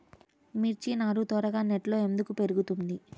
మిర్చి నారు త్వరగా నెట్లో ఎందుకు పెరుగుతుంది?